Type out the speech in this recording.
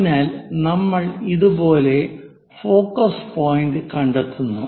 അതിനാൽ നമ്മൾ ഇതുപോലുള്ള ഫോക്കസ് പോയിന്റ് കണ്ടെത്തുന്നു